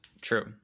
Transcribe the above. True